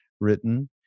written